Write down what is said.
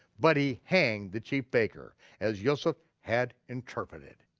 but he hanged the chief baker, as yoseph had interpreted.